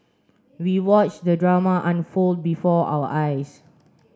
we watched the drama unfold before our eyes